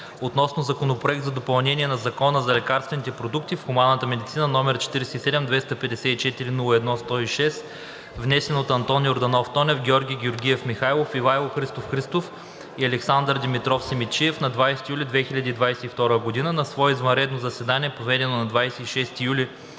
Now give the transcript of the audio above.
относно Законопроект за допълнение на Закона за лекарствените продукти в хуманната медицина, № 47-254-01-106, внесен от Антон Йорданов Тонев, Георги Георгиев Михайлов, Ивайло Христов Христов и Александър Димитров Симидчиев на 20 юли 2022 г. На свое извънредно заседание, проведено на 26 юли 2022